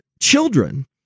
children